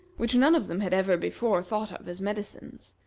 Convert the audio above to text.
which none of them had ever before thought of as medicines,